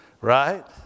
Right